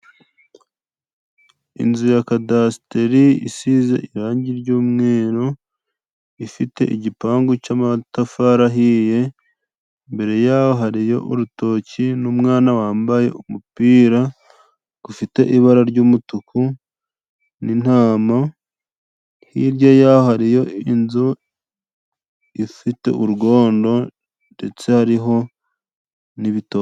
Inzu ya kadasteri isize irangi ry'umweru, ifite igipangu cy'amatafari ahiye, imbere yaho hari yo urutoki n'umwana wambaye umupira ufite ibara ry'umutuku, n'intama, hirya yaho hari yo inzu ifite urwondo ndetse hari ho n'ibitoki.